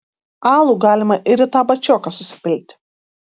alų galima ir į tą bačioką susipilti